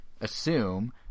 assume